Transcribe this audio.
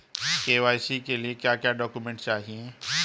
KYC के लिए क्या क्या डॉक्यूमेंट चाहिए?